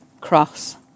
cross